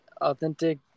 authentic